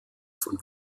von